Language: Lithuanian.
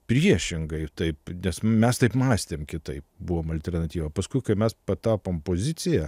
priešingai taip nes mes taip mąstėm kitaip buvom alternatyva paskui kai mes patapom pozicija